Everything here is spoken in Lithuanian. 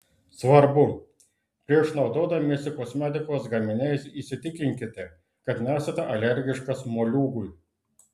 svarbu prieš naudodamiesi kosmetikos gaminiais įsitikinkite kad nesate alergiškas moliūgui